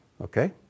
Okay